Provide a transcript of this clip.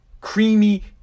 Creamy